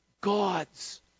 God's